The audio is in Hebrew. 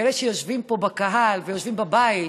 ואלה שיושבים פה בקהל ויושבים בבית